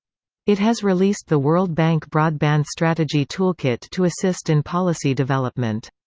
it has released the world bank broadband strategy toolkit to assist in policy development.